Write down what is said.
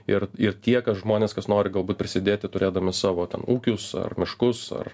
ir ir tie žmonės kas nori galbūt prisidėti turėdami savo ūkius ar miškus ar